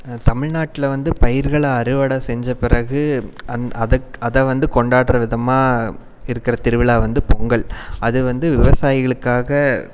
தமிழ்நாட்டில் வந்து பயிர்களை அறுவடை செஞ்ச பிறகு அந்த அதை அதை வந்து கொண்டாடுற விதமாக இருக்கிற திருவிழா வந்து பொங்கல் அது வந்து விவசாயிகளுக்காக